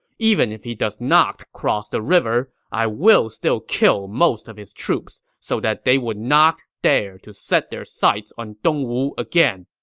even if he does not cross the river, i will still kill most of his troops so that they would not dare to set their sights on dongwu again!